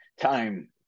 time